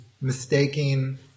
mistaking